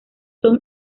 son